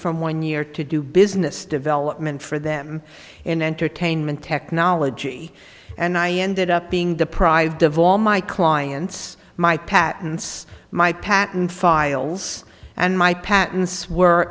from one year to do business development for them in entertainment technology and i ended up being deprived of all my clients my patents my patent files and my patents were